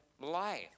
life